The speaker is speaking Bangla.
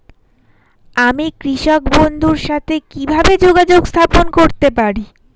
আমি কৃষক বন্ধুর সাথে কিভাবে যোগাযোগ স্থাপন করতে পারি?